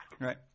Right